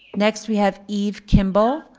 next we have eve kimball. ah